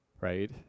Right